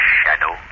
shadow